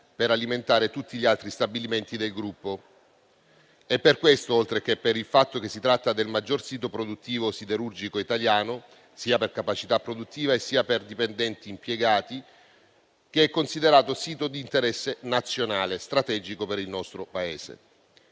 per alimentare tutti gli altri stabilimenti del gruppo. È per questo, oltre che per il fatto che si tratta del maggior sito produttivo siderurgico italiano, sia per capacità produttiva, sia per dipendenti impiegati, che è considerato sito di interesse nazionale strategico per il nostro Paese.